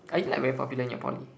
are you like very popular in your poly